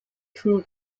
two